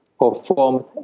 performed